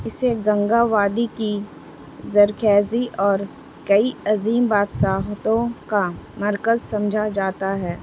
اسے گنگا وادی کی زرکھیزی اور کئی عظیم بادسحتوں کا مرکز سمجھا جاتا ہے